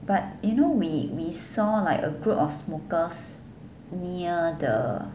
but you know we we saw like a group of smokers near the